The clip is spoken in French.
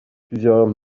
plusieurs